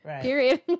Period